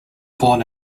born